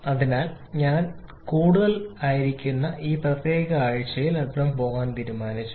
അതിനാൽ ഞാൻ ഞങ്ങൾ കൂടുതലായിരിക്കുന്ന ഈ പ്രത്യേക ആഴ്ചയിൽ അൽപം പോകാൻ തീരുമാനിച്ചു